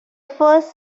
first